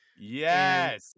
Yes